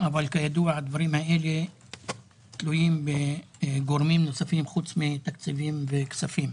אבל כידוע הדברים האלה תלויים בגורמים נוספים חוץ מתקציבים וכספים.